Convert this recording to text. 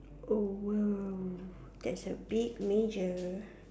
oh !wow! that's a big major